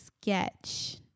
sketch